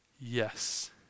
Yes